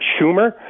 Schumer